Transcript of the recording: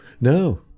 No